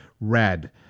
red